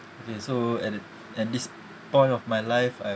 okay so at at this point of my life I